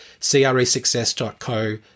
Cresuccess.co